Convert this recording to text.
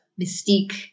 mystique